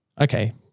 Okay